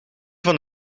van